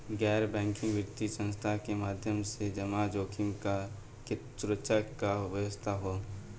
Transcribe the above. गैर बैंकिंग वित्तीय संस्था के माध्यम से जमा जोखिम पर सुरक्षा के का व्यवस्था ह?